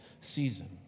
season